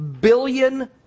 billion